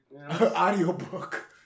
Audiobook